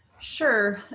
Sure